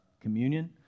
communion